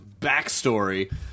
backstory